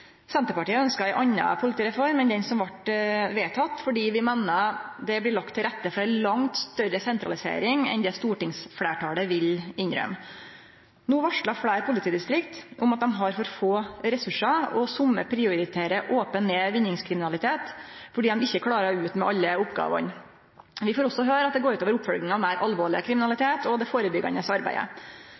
Senterpartiet ønskte ei anna politireform enn den reforma som vart vedteke, fordi vi meiner det blir lagt til rette for langt større sentralisering enn det stortingsfleirtalet vil innrømme. No varslar fleire politidistrikt om at dei har for få ressursar, og somme prioriterer ope ned vinningskriminalitet fordi dei ikkje rår med alle oppgåvene. Vi får også høyre at det går ut over oppfølging av meir alvorleg kriminalitet og det førebyggjande arbeidet.